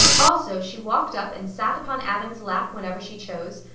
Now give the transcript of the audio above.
also she walked up and sat upon adam's lap whenever she chose,